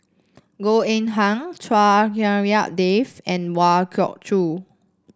Goh Eng Han Chua Hak Lien Dave and Kwa Geok Choo